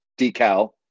decal